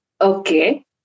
Okay